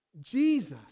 Jesus